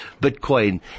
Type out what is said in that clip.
Bitcoin